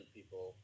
people